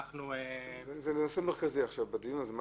זה נושא מרכזי בדיון עכשיו.